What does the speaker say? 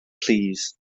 plîs